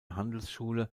handelsschule